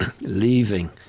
leaving